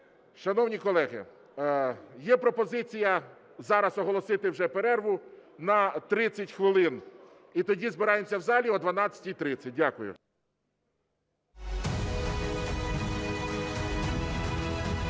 Шановні колеги, є пропозиція зараз оголосити вже перерву на 30 хвилин. І тоді збираємося в залі о 12:30. Дякую.